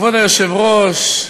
כבוד היושב-ראש,